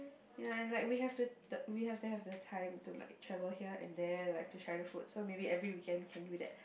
ya and like we have to we have to have the time to like travel here and there like to try the food so maybe every weekend can do that